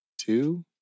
two